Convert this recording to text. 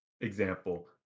example